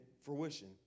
fruition